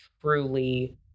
truly